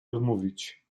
odmówić